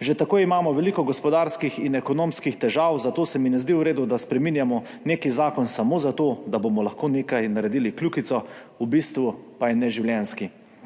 Že tako imamo veliko gospodarskih in ekonomskih težav, zato se mi ne zdi v redu, da spreminjamo nek zakon samo za to, da bomo lahko naredili kljukico, v bistvu pa je neživljenjski.